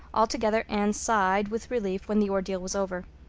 altogether, anne sighed with relief when the ordeal was over.